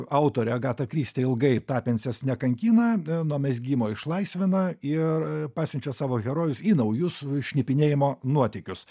autorė agata kristi ilgai tapencijas nekankina nuo mezgimo išlaisvina ir pasiunčia savo herojus į naujus šnipinėjimo nuotykius